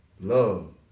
love